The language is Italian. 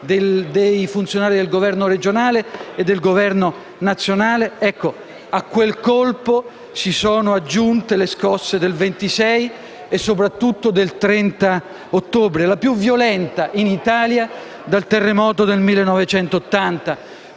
funzionari del governo regionale e del Governo nazionale, si sono aggiunte le scosse del 26 e, soprattutto, del 30 ottobre, la più violenta in Italia dal terremoto del 1980,